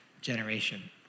generation